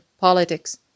politics